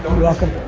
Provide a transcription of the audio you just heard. welcome.